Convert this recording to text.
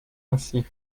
ainsi